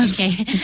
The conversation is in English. Okay